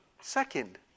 second